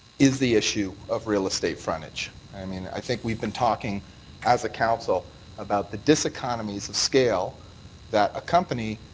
is the issue of real estate frontage. i mean, i think we've been talking as a council about the diseconomies of scale that a company,